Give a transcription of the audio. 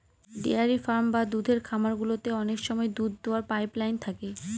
dairy farm বা দুধের খামার গুলোতে অনেক সময় দুধ দোওয়ার পাইপ লাইন থাকে